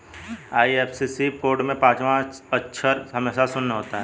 IFSC code में पांचवा अक्षर हमेशा शून्य होता है